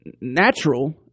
natural